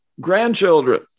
grandchildren